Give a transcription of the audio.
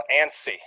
antsy